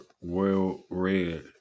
well-read